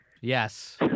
Yes